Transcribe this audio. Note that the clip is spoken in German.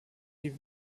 die